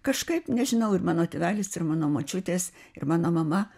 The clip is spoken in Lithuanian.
kažkaip nežinau ir mano tėvelis ir mano močiutės ir mano mama